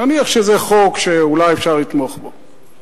נניח שזה חוק שאולי אפשר לתמוך בו,